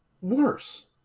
Worse